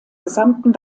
gesamten